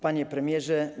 Panie Premierze!